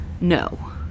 no